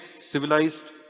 civilized